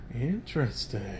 Interesting